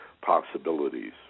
possibilities